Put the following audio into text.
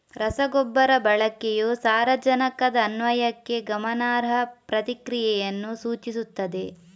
ರಸಗೊಬ್ಬರ ಬಳಕೆಯು ಸಾರಜನಕದ ಅನ್ವಯಕ್ಕೆ ಗಮನಾರ್ಹ ಪ್ರತಿಕ್ರಿಯೆಯನ್ನು ಸೂಚಿಸುತ್ತದೆ